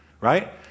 right